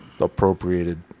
appropriated